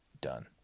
Done